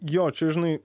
jo čia žinai